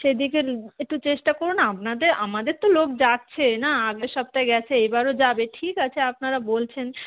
সেদিকে একটু চেষ্টা করুন আপনাদের আমাদের তো লোক যাচ্ছে না আগের সপ্তাহে গেছে এবারও যাবে ঠিক আছে আপনারা বলছেন